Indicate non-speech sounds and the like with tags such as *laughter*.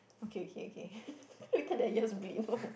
okay okay okay *laughs* later their ears bleed